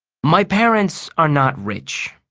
my parents are not rich.